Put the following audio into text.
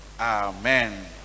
Amen